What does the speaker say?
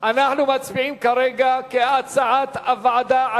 סעיף 1 עבר כהצעת הוועדה.